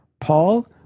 Paul